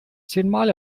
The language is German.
zehnmal